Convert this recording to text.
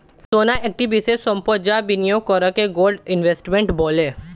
সোনা একটি বিশেষ সম্পদ যা বিনিয়োগ করাকে গোল্ড ইনভেস্টমেন্ট বলে